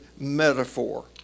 metaphor